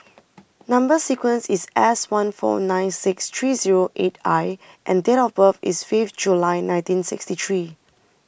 Number Sequence is S one four nine six three zero eight I and date of birth is fifth July nineteen sixty three